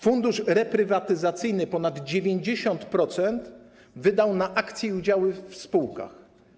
fundusz reprywatyzacyjny ponad 90% wydał na akcje i udziały w spółkach.